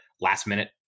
last-minute